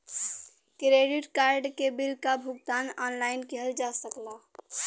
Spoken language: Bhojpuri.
क्रेडिट कार्ड के बिल क भुगतान ऑनलाइन किहल जा सकला